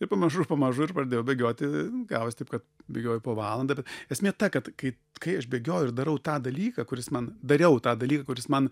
ir pamažu pamažu ir pradėjau bėgioti gavosi taip kad bėgioju po valandą bet esmė ta kad kai kai aš bėgioju ir darau tą dalyką kuris man dariau tą dalyką kuris man